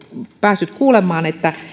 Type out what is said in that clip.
päässyt kuulemaan että